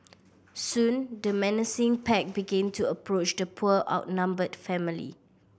soon the menacing pack begin to approach the poor outnumbered family